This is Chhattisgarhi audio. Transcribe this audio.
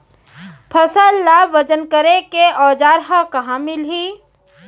फसल ला वजन करे के औज़ार हा कहाँ मिलही?